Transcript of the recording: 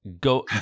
go